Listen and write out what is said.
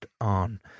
on